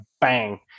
bang